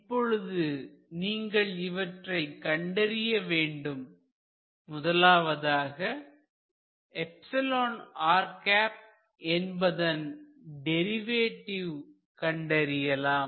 இப்பொழுது நீங்கள் இவற்றை கண்டறிய வேண்டும் முதலாவதாக என்பதன் டெரிவேட்டிவ் கண்டறியலாம்